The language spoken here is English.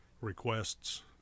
requests